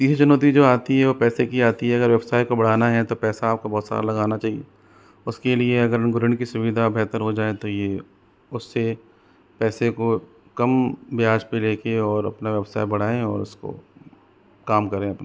तीसरी चुनौती जो आती है वह पैसे की आती है अगर व्यवसाय को बढ़ाना है तो पैसा आपको बहुत सारा लगाना चाहिए उसके लिए अगर उनको ऋण की सुविधा बेहतर हो जाए तो यह उससे पैसे को कम ब्याज़ पर लेकर और अपना व्यवसाय बढ़ाएँ और उसको काम करें अप